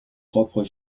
propres